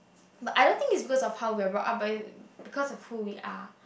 but I don't think its because of how we are brought up but because are who we are